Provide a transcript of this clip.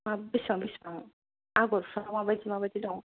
मा बेसेबां बेसेबां आगरफ्रा माबायदि माबायदि दं